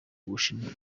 bushinwa